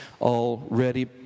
already